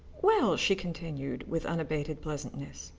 well, she continued, with unabated pleasantness,